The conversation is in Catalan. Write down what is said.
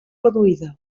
reduïda